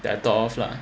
that I thought of lah